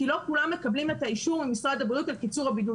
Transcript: כי לא כולם מקבלים את האישור ממשרד הבריאות על קיצור הבידוד.